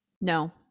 No